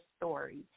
story